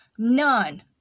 None